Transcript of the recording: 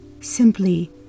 simply